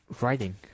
Writing